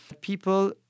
People